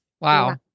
Wow